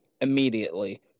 immediately